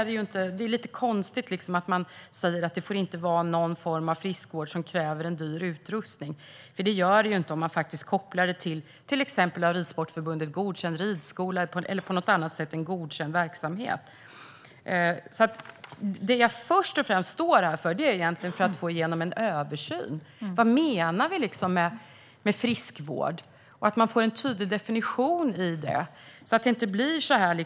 Det är lite konstigt när man säger att det inte får vara någon form av friskvård som kräver en dyr utrustning, för det gör inte ridning om man kopplar den till en av Ridsportförbundet godkänd ridskola eller till en annan godkänd verksamhet. Det som först och främst gör att jag står här är att jag vill få igenom en översyn av vad vi menar med friskvård. Det skulle behövas en tydlig definition av det.